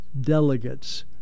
delegates